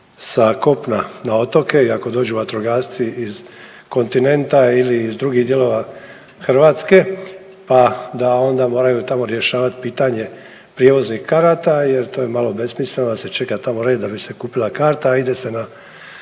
sa kopna na otoke i ako dođu vatrogasci iz kontinenta ili iz drugih dijelova Hrvatske pa da onda moraju tamo rješavat pitanje prijevoznih karata jer to je malo besmisleno da se tamo čeka red da bi se kupila karta, a ide se na